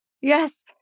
Yes